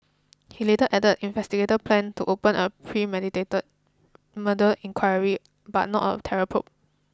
he later added investigators planned to open a premeditated murder inquiry but not a terror probe